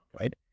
right